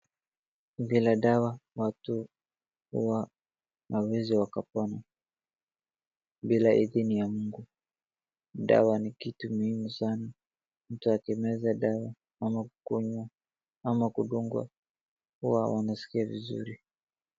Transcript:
Bila dawa watu hawawezi wakapona bila idhini ya Mungu dawa ni kitu muhimu sana mtu akimeza dawa ama kukunywa ama kudunga huwa wanaskia vizuri.